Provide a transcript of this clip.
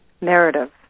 narrative